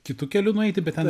kitu keliu nueiti bet ten